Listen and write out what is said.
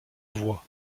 voies